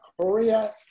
Korea